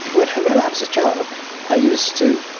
when when i was a child i used to,